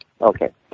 Okay